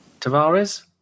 Tavares